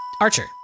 Archer